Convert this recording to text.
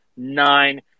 Nine